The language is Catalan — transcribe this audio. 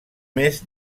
més